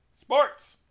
Sports